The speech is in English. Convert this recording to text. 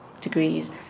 degrees